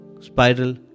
spiral